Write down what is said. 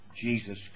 Jesus